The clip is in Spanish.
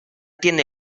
tiene